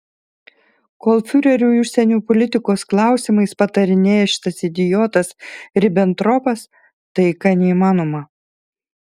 kol fiureriui užsienio politikos klausimais patarinėja šitas idiotas ribentropas taika neįmanoma